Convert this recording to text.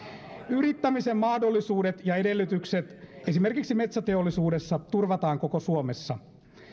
yrittämisen mahdollisuudet ja edellytykset esimerkiksi metsäteollisuudessa turvataan koko suomessa